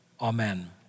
Amen